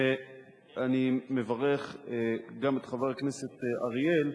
ואני מברך גם את חבר הכנסת אריאל,